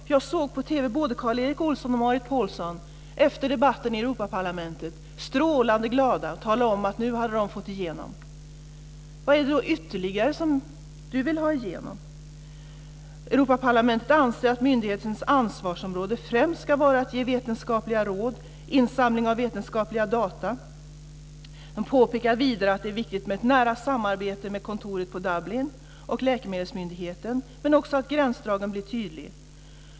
Jag såg både Karl Erik Olsson och Marit Paulsen på TV efter debatten i Europaparlamentet strålande glada tala om att de nu hade fått igenom detta. Vad är det då ytterligare som Lena Ek vill ha igenom? Europaparlamentet anser att myndighetens ansvarsområde främst ska vara att ge vetenskapliga råd och att samla in vetenskapliga data. Man påpekar vidare att det är viktigt med ett nära samarbete med kontoret i Dublin och läkemedelsmyndigheten, men också att gränsdragningen blir tydlig.